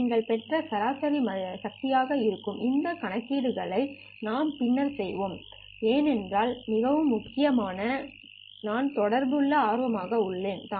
இது நீங்கள் பெற்ற சராசரி சக்தி இருக்கும் இந்த கணக்கீடுகள் நாம் பின்னர் செய்வோம் ஏனென்றால் முக்கியமாக நான் தானாக தொடர்புல் ஆர்வமாக உள்ளேன்